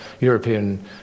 European